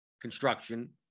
construction